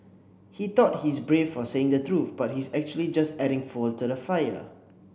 he thought he's brave for saying the truth but he's actually just adding fuel to the fire